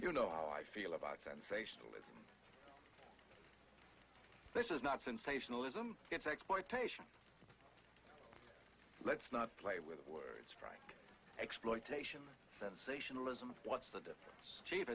you know how i feel about sensationalism this is not sensationalism it's exploitation let's not play with word exploitation sensationalism what's the defense ch